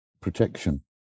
protection